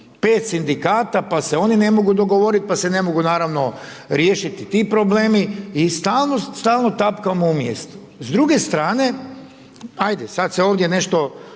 5 sindikata, pa se oni ne mogu dogovoriti, pa se ne ne mogu naravno riješiti tih problemi i stalno tapkamo u mjestu. S druge strane, ajde sada se ovdje nešto